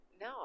no